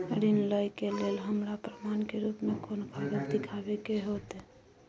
ऋण लय के लेल हमरा प्रमाण के रूप में कोन कागज़ दिखाबै के होतय?